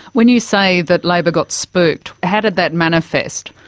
when you say that labor got spooked, how did that manifest?